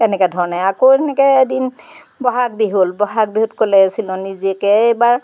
তেনেকুৱা ধৰণে আকৌ এনেকৈ এদিন বহাগ বিহু হ'ল বহাগ বিহুত ক'লে চিলনী জীয়েকে এইবাৰ